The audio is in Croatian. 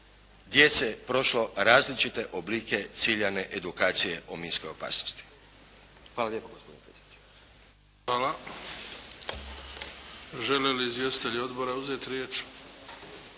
djece prošlo različite oblike ciljane edukacije o minskoj opasnosti. Hvala lijepo gospodine predsjedniče. **Bebić, Luka (HDZ)** Hvala. Žele li izvjestitelji odbora uzeti riječ?